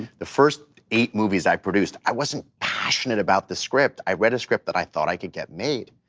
the first eight movies i produced, i wasn't passionate about the script. i read a script that i thought i could get made.